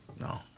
no